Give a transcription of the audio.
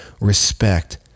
respect